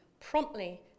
promptly